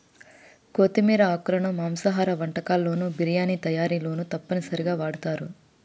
కొత్తిమీర ఆకులను మాంసాహార వంటకాల్లోను బిర్యానీ తయారీలోనూ తప్పనిసరిగా వాడుతారు